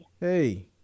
Hey